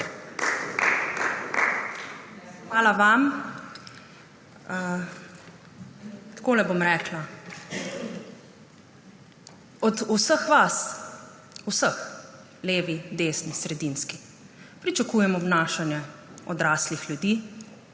Hvala vam. Takole bom rekla. Od vseh vas, vseh, levi, desni, sredinski, pričakujem obnašanje odraslih ljudi.